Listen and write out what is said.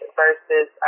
versus